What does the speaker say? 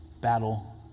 battle